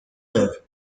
live